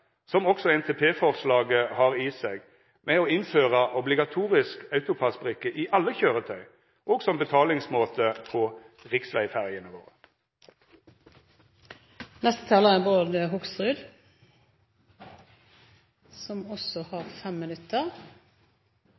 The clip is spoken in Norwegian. som også NTP-forslaget har i seg – med å innføra obligatorisk AutoPASS-brikke i alle køyretøy og som betalingsmåte på riksvegferjene